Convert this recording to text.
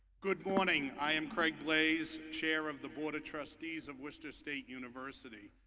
good morning, i am craig blaze, chair of the border trustees of worcester state university.